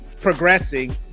progressing